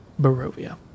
Barovia